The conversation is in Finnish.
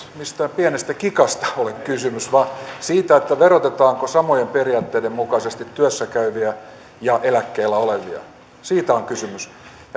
mistään pienestä kikasta ole kysymys vaan siitä verotetaanko samojen periaatteiden mukaisesti työssä käyviä ja eläkkeellä olevia siitä on kysymys